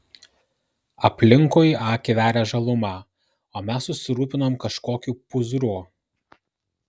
aplinkui akį veria žaluma o mes susirūpinom kažkokiu pūzru